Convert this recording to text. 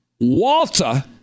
Walter